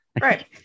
Right